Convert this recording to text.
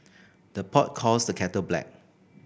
the pot calls the kettle black